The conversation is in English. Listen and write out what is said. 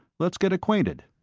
let's get acquainted.